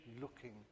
looking